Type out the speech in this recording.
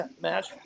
match